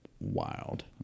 wild